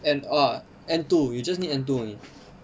N ah N two you just need N two only